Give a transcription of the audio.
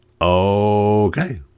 Okay